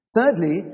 Thirdly